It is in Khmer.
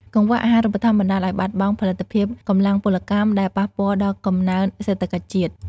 កង្វះអាហារូបត្ថម្ភបណ្តាលឱ្យបាត់បង់ផលិតភាពកម្លាំងពលកម្ម ដែលប៉ះពាល់ដល់កំណើនសេដ្ឋកិច្ចជាតិ។